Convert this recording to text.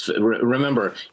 remember